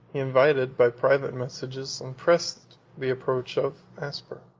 he invited, by private messages, and pressed the approach of, aspar.